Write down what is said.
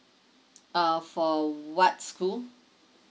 uh for what school